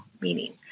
Meaning